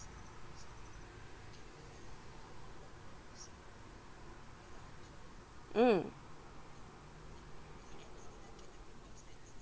mm